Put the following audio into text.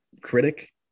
critic